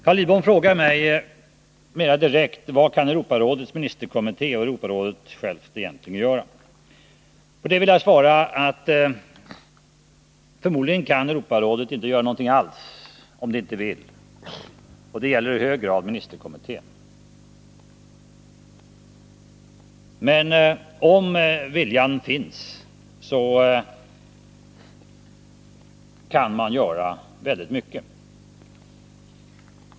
Carl Lidbom frågar mig mera direkt vad Europarådets ministerkommitté själv egentligen kan göra. På det vill jag svara att Europarådet förmodligen inte kan göra någonting alls, om det inte vill det, och det gäller i hög grad också ministerkommittén. Men om viljan finns, kan man göra väldigt mycket.